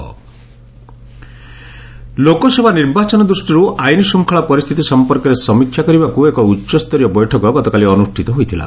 LS poll security Lok Sabha ନିର୍ବାଚନ ଦୃଷ୍ଟିରୁ ଆଇନ ଶୃଙ୍ଖଳା ପରିସ୍ଥିତି ସଂପର୍କରେ ସମୀକ୍ଷା କରିବାକୁ ଏକ ଉଚ୍ଚସ୍ତରୀୟ ବୈଠକ ଗତକାଲି ଅନୁଷ୍ଠିତ ହୋଇଥିଲା